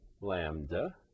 lambda